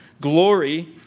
glory